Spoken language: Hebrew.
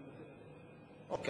באופן